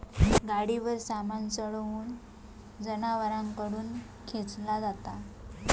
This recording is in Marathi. गाडीवर सामान चढवून जनावरांकडून खेंचला जाता